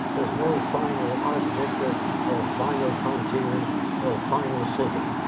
there's no final architecture or final frontiers or final city.